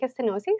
stenosis